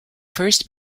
first